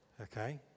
Okay